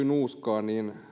nuuskaan niin